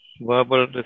verbal